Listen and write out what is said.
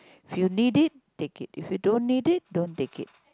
you need it take it if you don't need it don't take it